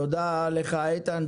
תודה לך, איתן.